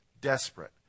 desperate